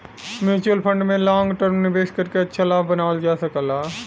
mutual fund में long term निवेश करके अच्छा लाभ बनावल जा सकला